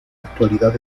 actualidad